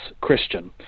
Christian